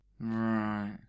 Right